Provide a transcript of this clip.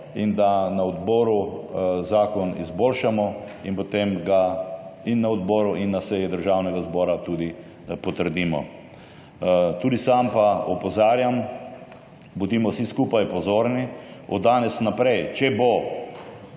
in da na odboru zakon izboljšamo in ga potem na odboru in na seji Državnega zbora tudi potrdimo. Tudi sam pa opozarjam, bodimo vsi skupaj pozorni. Od danes naprej, če bo